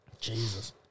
Jesus